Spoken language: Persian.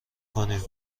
کنیم